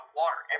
water